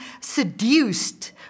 seduced